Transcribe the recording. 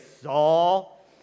Saul